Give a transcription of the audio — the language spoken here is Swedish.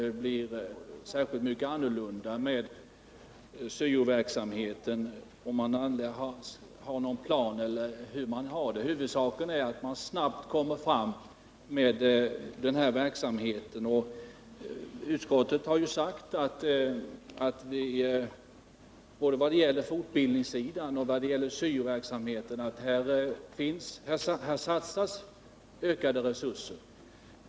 Till Lennart Bladh vill jag säga att utskottet ju har sagt att både vad det gäller fortbildningssidan och syoverksamheten ges det ökade resurser.